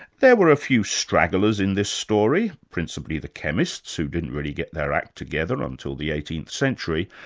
there were a few stragglers in this story, principally the chemists, who didn't really get their act together until the eighteenth century,